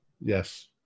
Yes